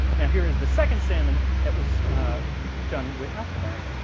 now here is the second salmon that was done without the bag.